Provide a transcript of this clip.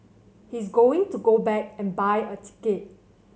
he's going to go back and buy a ticket